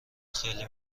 خیلی